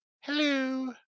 Hello